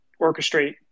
orchestrate